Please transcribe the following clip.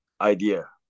idea